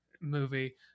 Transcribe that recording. movie